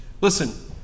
Listen